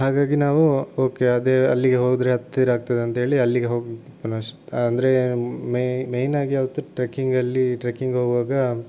ಹಾಗಾಗಿ ನಾವು ಓಕೆ ಅದೇ ಅಲ್ಲಿಗೆ ಹೋದರೆ ಹತ್ತಿರ ಆಗ್ತದಂತ ಹೇಳಿ ಅಲ್ಲಿಗೆ ಹೋಗಿ ಪುನಃ ಅಂದರೆ ಮೆ ಮೈನಾಗಿ ಅವತ್ತು ಟ್ರೆಕ್ಕಿಂಗಲ್ಲಿ ಟ್ರೆಕ್ಕಿಂಗೆ ಹೋಗುವಾಗ